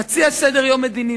נציע סדר-יום מדיני,